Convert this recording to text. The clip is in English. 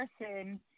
person